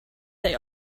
they